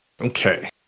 Okay